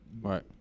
Right